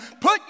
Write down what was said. Put